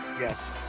yes